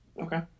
Okay